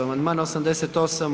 Amandman 88.